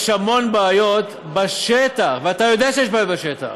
יש המון בעיות בשטח, ואתה יודע שיש בעיות בשטח,